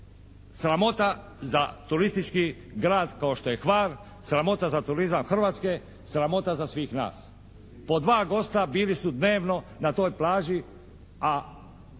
Sramota za turistički grad kao što je Hvar, sramota za turizam Hrvatske, sramota za svih nas. Po dva gosta bili su dnevno na toj plaži, a